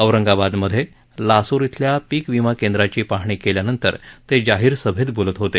औरंगाबादमधे लासूर इथल्या पीक विमा केंद्राची पाहणी केल्यानंतर ते जाहीर सभेत बोलत होते